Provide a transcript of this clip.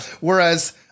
Whereas